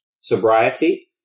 Sobriety